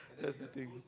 that's the thing